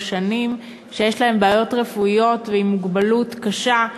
שנים שיש להם בעיות רפואיות ועם מוגבלות קשה,